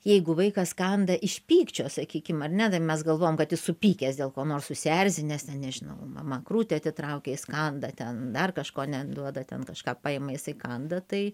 jeigu vaikas kanda iš pykčio sakykim ar ne mes galvojam kad jis supykęs dėl ko nors susierzinęs nežinau mama krūtį atitraukė jis kanda ten dar kažko neduoda ten kažką paima jisai kanda tai